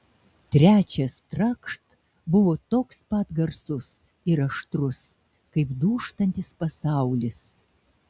trečias trakšt buvo toks pat garsus ir aštrus kaip dūžtantis pasaulis